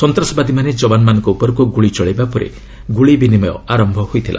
ସନ୍ତାସବାଦୀମାନେ ଜବାନମାନଙ୍କ ଉପରକୁ ଗୁଳି ଚଳାଇବା ପରେ ଗୁଳିବିନିମୟ ଆରମ୍ଭ ହୋଇଥିଲା